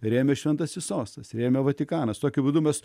remia šventasis sostas rėmė vatikanas tokiu būdu mes